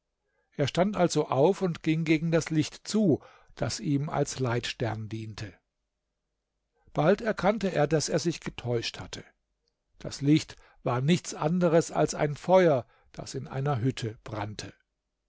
er stand also auf und ging gegen das licht zu das ihm als leitstern diente bald erkannte er daß er sich getäuscht hatte das licht war nichts anderes als ein feuer das in einer hütte brannte